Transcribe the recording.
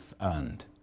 earned